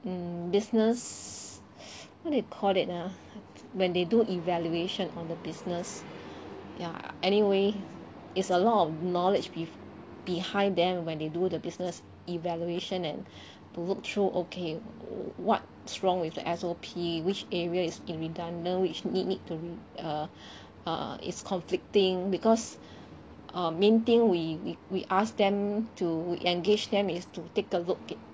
mm business what they call it ah when they do evaluation on the business ya anyway is a lot of knowledge be behind them when they do the business evaluation and look through okay what's wrong with the S_O_P which area is in redundant which need need to re~ err err is conflicting because um main thing we we we ask them to engage them is to take a look it